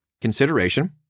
consideration